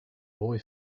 boy